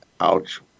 ouch